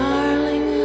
Darling